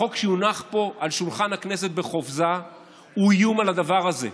החוק שיונח פה על שולחן הכנסת בחופזה הוא איום על הדבר הזה.